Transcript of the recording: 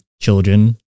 children